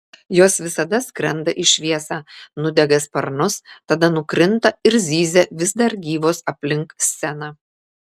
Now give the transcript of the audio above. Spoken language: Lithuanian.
jos visada skrenda į šviesą nudega sparnus tada nukrinta ir zyzia vis dar gyvos aplink sceną